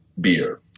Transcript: beer